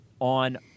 on